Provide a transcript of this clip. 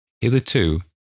Hitherto